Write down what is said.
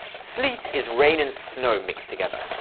sleet is rain and snow mixed together.